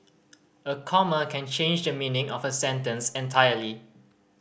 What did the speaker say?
a comma can change the meaning of a sentence entirely